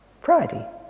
Friday